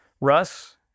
Russ